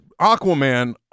Aquaman